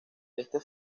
este